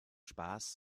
spaß